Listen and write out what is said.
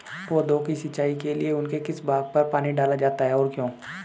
पौधों की सिंचाई के लिए उनके किस भाग पर पानी डाला जाता है और क्यों?